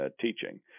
teaching